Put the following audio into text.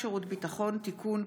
האזרחים הוותיקים (תיקון,